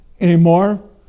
anymore